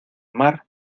mar